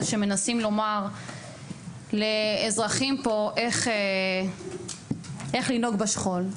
שמנסים לומר לאזרחים פה איך צריך לנהוג בשכול,